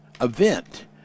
event